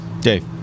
Dave